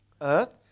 earth